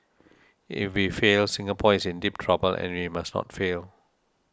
if we fail Singapore is in deep trouble and we must not fail